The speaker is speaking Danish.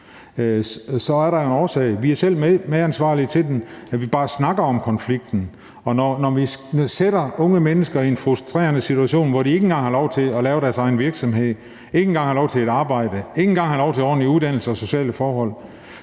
er der jo en årsag. Vi er selv medansvarlige ved, at vi bare snakker om konflikten, og når vi sætter unge mennesker i en frustrerende situation, hvor de ikke engang får lov til at lave deres egen virksomhed, ikke engang har lov til at få et arbejde, ikke engang har lov til ordentlig uddannelse og ordentlige sociale forhold,